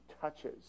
touches